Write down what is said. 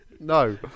no